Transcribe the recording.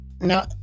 Now